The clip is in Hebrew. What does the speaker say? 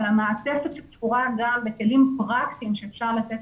אבל המעטפת שקשורה גם בכלים פרקטיים שאפשר לתת